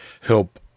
help